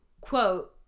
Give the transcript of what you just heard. Quote